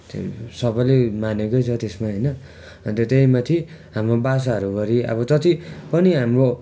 त्यो सबैले मानेकै छ त्यसमा होइनन अन्त त्यहीमाथि हाम्रो बासाहरूभरि आबो जति पनि हाम्रो